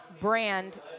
brand